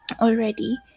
already